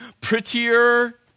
prettier